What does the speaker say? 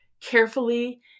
carefully